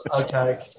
okay